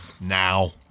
now